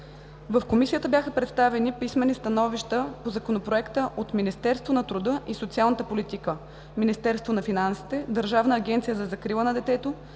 В Комисията бяха представени писмени становища по Законопроекта от Министерство на труда и социалната политика, Министерство на финансите, Държавна агенция за закрила на детето,